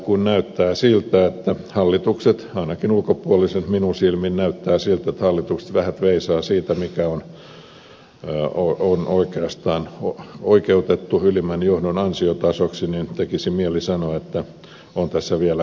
kun näyttää siltä ainakin ulkopuolisen minun silmin että hallitukset vähät veisaavat siitä mikä on oikeastaan oikeutettua ylimmän johdon ansiotasoksi niin tekisi mieli sanoa että on tässä vielä tehtävissä yhtä sun toista